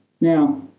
Now